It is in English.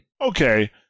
okay